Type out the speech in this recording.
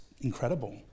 incredible